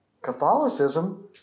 Catholicism